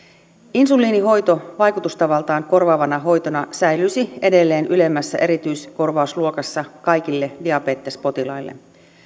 insuliinihoito vaikutustavaltaan korvaavana hoitona säilyisi edelleen ylemmässä erityiskorvausluokassa kaikille diabetespotilaille